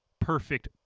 perfect